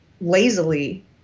lazily